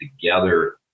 together